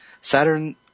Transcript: Saturn